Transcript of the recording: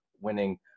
winning